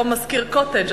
לא מזכיר "קוטג'",